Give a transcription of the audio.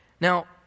Now